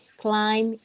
climb